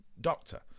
doctor